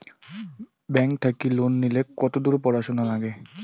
Bank থাকি loan নিলে কতদূর পড়াশুনা নাগে?